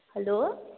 hello